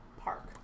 park